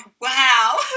wow